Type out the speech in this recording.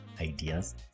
ideas